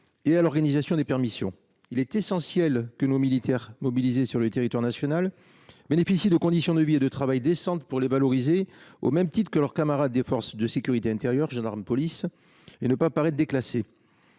et à l’organisation des permissions. Il est essentiel que nos militaires mobilisés sur le territoire national bénéficient de conditions de vie et de travail décentes, que leur rôle soit valorisé au même titre que celui de leurs camarades des forces de sécurité intérieures, gendarmes,